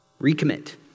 Recommit